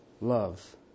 love